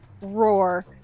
roar